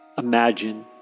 Imagine